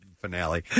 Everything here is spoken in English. finale